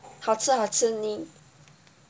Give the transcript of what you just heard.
好吃好吃呢